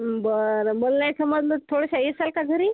बरं मला नाही समजलं तर थोड्याशा येशाल का घरी